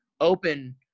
open